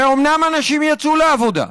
ואומנם אנשים יצאו לעבודה,